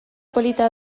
polita